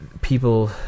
people